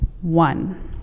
one